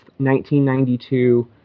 1992